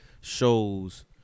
shows